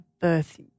birth